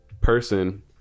Person